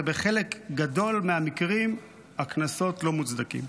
ובחלק גדול מהמקרים הקנסות לא מוצדקים.